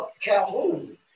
Calhoun